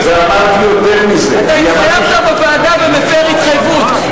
אתה התחייבת בוועדה ומפר התחייבות.